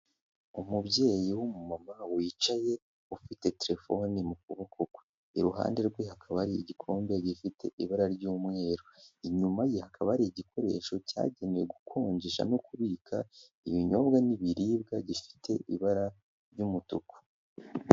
Umubyeyi w'umumama wicaye ufite telefoni mu kuboko kwe iruhande rwe hakaba ari igikombe gifite ibara ry'umweru, inyuma ye hakaba ari igikoresho cyagenewe gukonje no kubika ibinyobwa n'ibiribwa gifite ibara ry'umutuku.